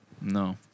No